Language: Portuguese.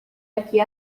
aqui